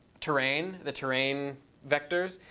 terrain, the terrain vectors,